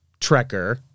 Trekker